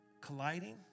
colliding